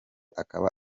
akaba